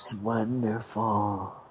wonderful